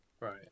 right